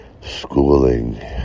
schooling